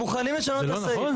מוכנים לשנות את הסעיף.